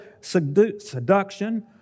seduction